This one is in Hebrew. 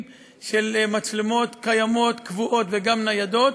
מצלמות קיימות קבועות וגם ניידות,